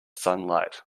sunlight